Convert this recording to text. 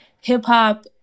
hip-hop